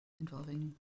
involving